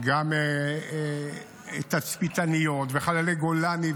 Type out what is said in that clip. גם של תצפיתניות וחללי גולני,